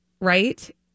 right